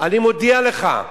ואני מודיע לך: